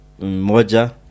Moja